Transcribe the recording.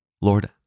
Lord